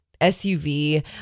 suv